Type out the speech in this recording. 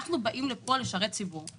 אנחנו באים לפה לשרת ציבור,